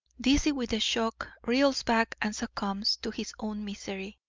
dizzy with the shock, reels back and succumbs to his own misery.